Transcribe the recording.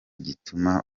gituma